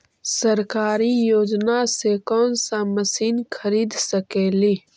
सरकारी योजना से कोन सा मशीन खरीद सकेली?